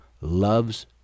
loves